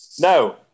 No